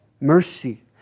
mercy